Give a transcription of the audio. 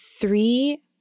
Three